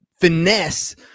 finesse